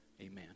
Amen